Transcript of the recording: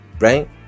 Right